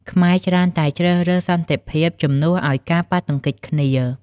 ខ្មែរច្រើនតែងជ្រើសរើសសន្តិភាពជំនួសឲ្យការប៉ះទង្គិចគ្នា។